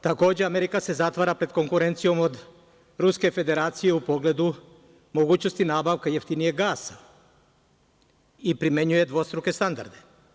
Takođe, Amerika se zatvara pred konkurencijom od Ruske Federacije u pogledu mogućnosti nabavke jeftinijeg gasa i primenjuje dvostruke standarde.